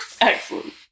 Excellent